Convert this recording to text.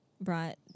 brought